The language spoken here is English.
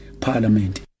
Parliament